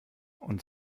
und